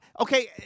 okay